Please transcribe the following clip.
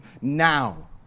now